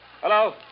Hello